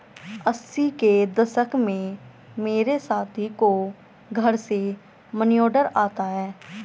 अस्सी के दशक में मेरे साथी को घर से मनीऑर्डर आता था